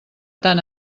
tant